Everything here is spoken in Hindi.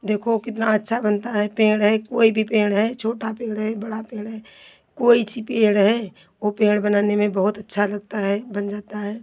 देखो कितना अच्छा बनता है पेड़ है कोई भी पेड़ है छोटा पेड़ है बड़ा पेड़ है कोई चीज़ पेड़ है वो पेड़ बनाने में बहुत अच्छा लगता है बन जाता है